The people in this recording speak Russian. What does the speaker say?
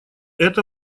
это